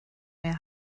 mehr